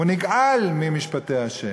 הוא נגעל ממשפטי ה',